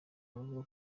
baravuga